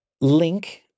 link